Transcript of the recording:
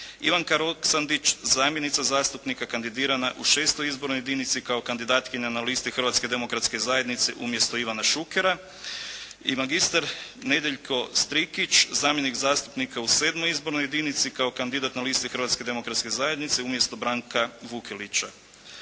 Ivanka Roksandić zamjenica zastupnika kandidirana u VI. izbornoj jedinici kao kandidatkinja na listi Hrvatske demokratske zajednice umjesto Ivana Šukera i magistar Nedjeljko Strikić zamjenik zastupnika u VII. izbornoj jedinici kao kandidat na listi Hrvatske demokratske